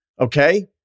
Okay